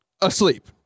asleep